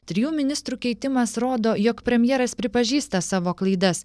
trijų ministrų keitimas rodo jog premjeras pripažįsta savo klaidas